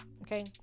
okay